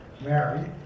married